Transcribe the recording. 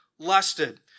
lusted